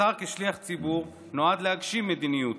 השר כשליח ציבור נועד להגשים מדיניות.